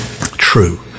true